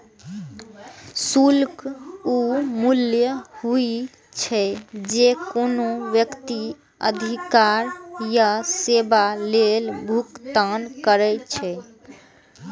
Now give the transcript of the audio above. शुल्क ऊ मूल्य होइ छै, जे कोनो व्यक्ति अधिकार या सेवा लेल भुगतान करै छै